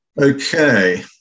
Okay